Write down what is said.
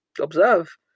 observe